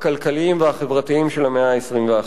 הכלכליים והחברתיים של המאה ה-21.